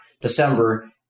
December